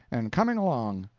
and coming along.